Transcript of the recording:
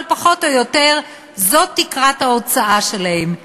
אבל פחות או יותר זו תקרת ההוצאה שלהם.